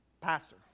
pastor